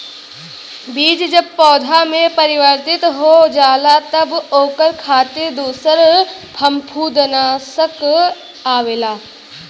बीज जब पौधा में परिवर्तित हो जाला तब ओकरे खातिर दूसर फंफूदनाशक आवेला